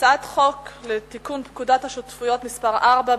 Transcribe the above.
הצעת חוק לתיקון פקודת השותפויות (מס' 4)